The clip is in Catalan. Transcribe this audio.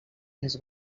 les